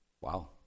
Wow